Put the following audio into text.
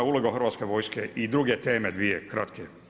Uloga Hrvatske vojske i druge teme dvije kratke.